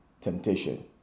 temptation